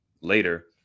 later